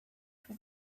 for